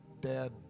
dad